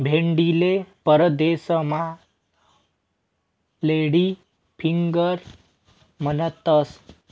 भेंडीले परदेसमा lady finger म्हणतंस